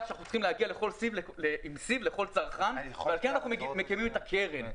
שאנחנו צריכים להגיע עם סיב לכל צרכן ועל כן אנחנו מקימים את הקרן.